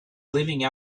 living